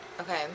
Okay